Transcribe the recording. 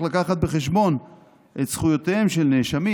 להביא בחשבון את זכויותיהם של נאשמים,